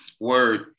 Word